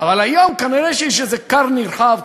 אבל היום כנראה יש איזה כר נרחב,